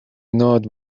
nod